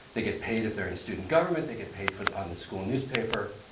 they get paid if they're in student government. they get paid for on the school newspaper.